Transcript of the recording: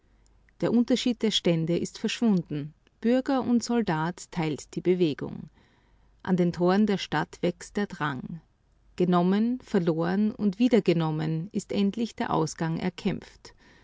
der unterschied der stände ist verschwunden bürger und soldat teilt die bewegung an den toren der stadt wächst der drang genommen verloren und wiedergenommen ist endlich der ausgang erkämpft